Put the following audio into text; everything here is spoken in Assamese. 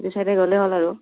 দুই চাইডে গ'লে হ'ল আৰু